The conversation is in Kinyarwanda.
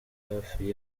hafi